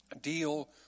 deal